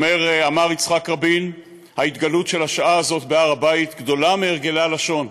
אמר יצחק רבין: "ההתגלות של השעה הזאת בהר הבית גדולה מהרגלי הלשון,